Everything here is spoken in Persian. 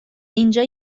اینجا